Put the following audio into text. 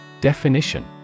Definition